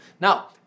Now